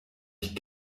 ich